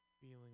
feeling